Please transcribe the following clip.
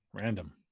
Random